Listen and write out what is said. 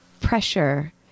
pressure